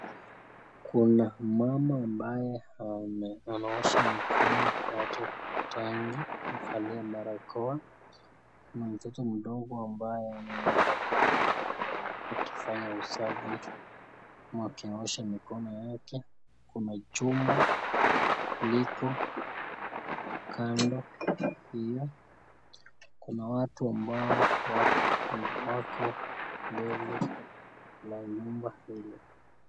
Kuna mama ambaye anaosha mikono yake kwa tanki, amevalia barakoa na mtoto mdogo ambaye anamuangalia mama huyo akifanya usafi ama akiosha mikono yake. Kuna jumba liko kando hiyo, kuna watu ambao wako mbele la nyumba hilo.